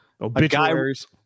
Obituaries